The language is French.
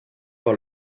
par